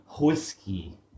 Whiskey